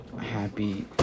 happy